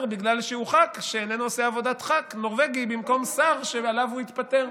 בגלל שהוא ח"כ שאיננו עושה עבודת ח"כ נורבגי במקום שר שעליו הוא התפטר.